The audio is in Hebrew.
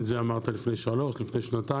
וגם לפני שנתיים ולפני שלוש שנים,